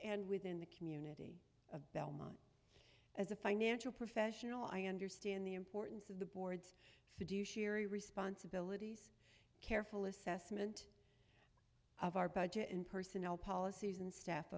and within the community of belmont as a financial professional i understand the importance of the board's fiduciary responsibilities careful assessment of our budget and personnel policies and staff